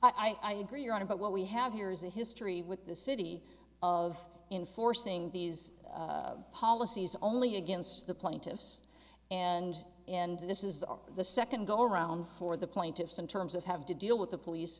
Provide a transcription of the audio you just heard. by i agree on it but what we have here is a history with the city of enforcing these policies only against the plaintiffs and and this is our the second go around for the plaintiffs in terms of have to deal with the police